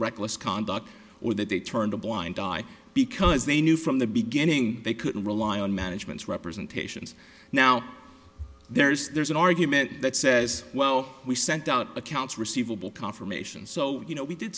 reckless conduct or that they turned a blind eye because they knew from the beginning they couldn't rely on management's representations now there's there's an argument that says well we sent out accounts receivable confirmations so you know we did